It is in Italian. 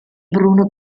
bruno